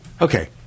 Okay